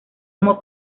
como